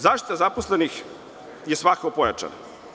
Zaštita zaposlenih je svakako pojačana.